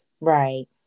right